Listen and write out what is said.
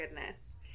goodness